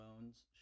bones